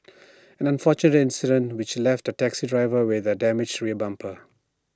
an unfortunate incident which left A taxi driver with A damaged rear bumper